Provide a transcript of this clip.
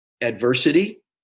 adversity